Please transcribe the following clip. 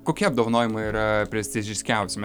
kokie apdovanojimai yra prestižiškiausi